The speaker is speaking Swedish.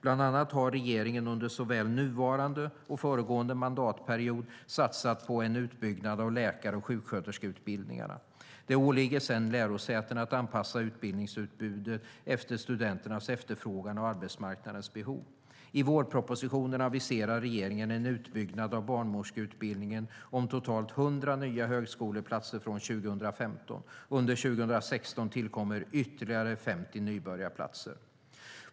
Bland annat har regeringen, under såväl nuvarande som föregående mandatperiod, satsat på en utbyggnad av läkar och sjuksköterskeutbildningarna. Det åligger sedan lärosätena att anpassa utbildningsutbudet efter studenternas efterfrågan och arbetsmarknadens behov. I vårpropositionen aviserar regeringen en utbyggnad av barnmorskeutbildningen om totalt 100 nya högskoleplatser från 2015. Under 2016 tillkommer ytterligare 50 nybörjarplatser.